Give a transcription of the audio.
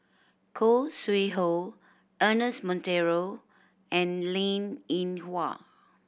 Khoo Sui Hoe Ernest Monteiro and Linn In Hua